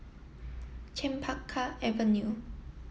Chempaka Avenue